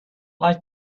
like